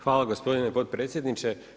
Hvala gospodine potpredsjedniče.